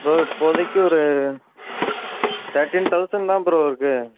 bro இப்போதைக்கு ஒரு thirteen thousand தான் ப்ரோ இருக்குது